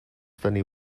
tenir